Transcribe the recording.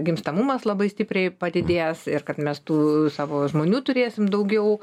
gimstamumas labai stipriai padidės ir kad mes tų savo žmonių turėsim daugiau